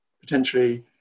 potentially